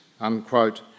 unquote